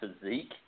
physique